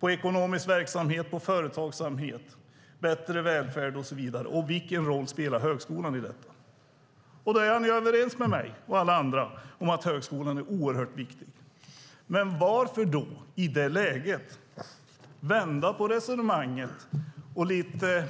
på ekonomisk verksamhet, företagsamhet, bättre välfärd och så vidare? Och vilken roll spelar högskolan i detta? Då är Jan Björklund överens med mig och alla andra om att högskolan är oerhört viktig. Men varför i det läget vända på resonemanget och med en